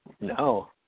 No